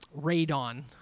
radon